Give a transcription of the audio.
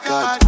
God